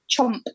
chomp